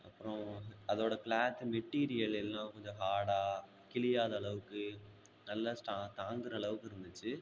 அப்புறம் அதோடய cloth material எல்லாம் கொஞ்சம் ஹார்டாக கிழியாத அளவுக்கு நல்லா ஸ்டாங் தாங்குகிற அளவுக்கு இருந்துச்சு